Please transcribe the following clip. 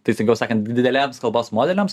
teisingiau sakant dideliams kalbos modeliams